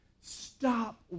Stop